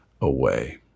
away